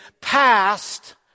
past